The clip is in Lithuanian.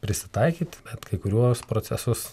prisitaikyt bet kai kuriuos procesus